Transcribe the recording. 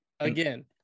Again